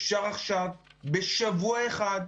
אפשר עכשיו בשבוע אחד,